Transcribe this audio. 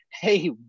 hey